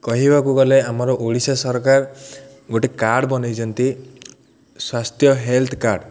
କହିବାକୁ ଗଲେ ଆମର ଓଡ଼ିଶା ସରକାର ଗୋଟେ କାର୍ଡ଼ ବନାଇଛନ୍ତି ସ୍ୱାସ୍ଥ୍ୟ ହେଲ୍ଥ କାର୍ଡ଼